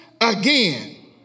again